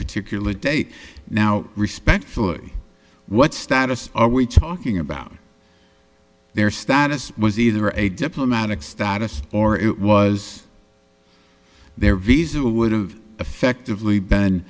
particular date now respectfully what status are we talking about their status was either a diplomatic status or it was their visa would have effectively be